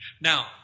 Now